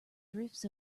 drifts